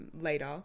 later